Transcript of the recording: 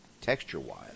texture-wise